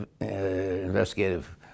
investigative